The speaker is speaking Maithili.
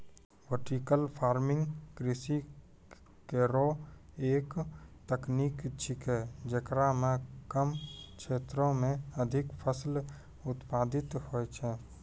वर्टिकल फार्मिंग कृषि केरो एक तकनीक छिकै, जेकरा म कम क्षेत्रो में अधिक फसल उत्पादित होय छै